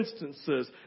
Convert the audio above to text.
instances